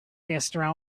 distro